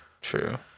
True